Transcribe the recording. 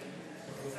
תושבות),